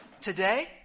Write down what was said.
today